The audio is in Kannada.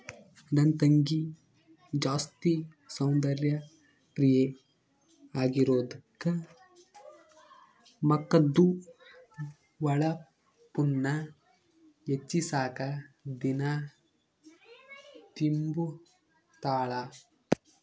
ನನ್ ತಂಗಿ ಜಾಸ್ತಿ ಸೌಂದರ್ಯ ಪ್ರಿಯೆ ಆಗಿರೋದ್ಕ ಮಕದ್ದು ಹೊಳಪುನ್ನ ಹೆಚ್ಚಿಸಾಕ ದಿನಾ ತಿಂಬುತಾಳ